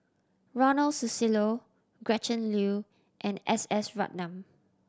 Ronald Susilo Gretchen Liu and S S Ratnam